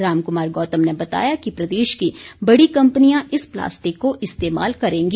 राम कुमार गौतम ने बताया कि प्रदेश की बड़ी कम्पनियां इस प्लास्टिक को इस्तेमाल करेंगी